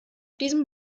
diesem